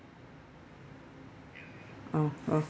oh oh